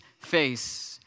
face